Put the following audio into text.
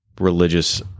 religious